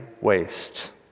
waste